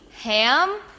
Ham